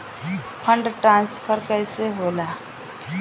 Fund transfer कैसे होला?